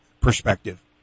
perspective